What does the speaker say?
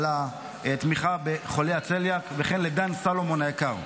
על התמיכה בחולי הצליאק וכן לדן סלומון היקר.